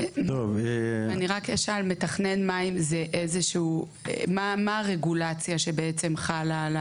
אני רק אשאל, מתכנן מים מה הרגולציה שחלה?